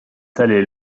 salé